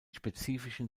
spezifischen